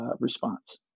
response